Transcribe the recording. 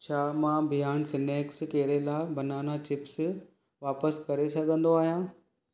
छा मां beyond snacks Kerala banana chips वापसि करे सघंदो आहियां